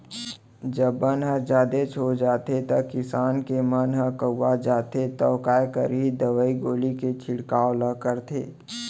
जब बन ह जादेच हो जाथे त किसान के मन ह कउवा जाथे तौ काय करही दवई गोली के छिड़काव ल करथे